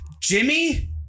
Jimmy